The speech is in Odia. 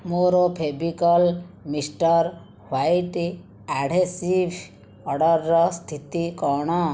ମୋର ଫେଭିକଲ୍ ମିଷ୍ଟର୍ ହ୍ଵାଇଟ୍ ଆଢ଼େସିଭ୍ ଅର୍ଡ଼ରର ସ୍ଥିତି କ'ଣ